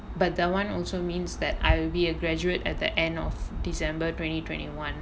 but that [one] also means that I'll be a graduate at the end of december twenty twenty one